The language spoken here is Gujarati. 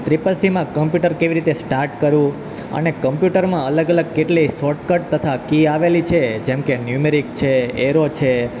ત્રિપલ સીમાં કમ્પ્યુટર કેવી રીતે સ્ટાર્ટ કરવું અને કમ્પ્યુટરમાં અલગ અલગ કેટલી શોર્ટકટ તથા કી આવેલી છે જેમકે ન્યુમેરિક છે એરો છે